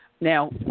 Now